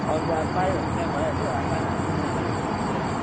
अरूले अब पायो भने त्यहाँ भइहाल्यो पाएन भने दुईजानाको लागि सेपरेट